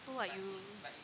so what you